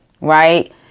right